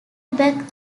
back